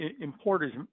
importers